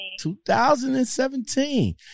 2017